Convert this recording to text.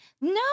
no